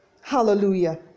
Hallelujah